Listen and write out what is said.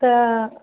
त